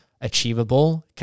achievable